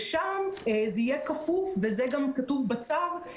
וזה גם כתוב בצו,